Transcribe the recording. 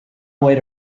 away